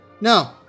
No